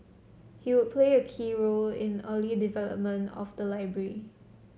he would play a key role in the early development of the library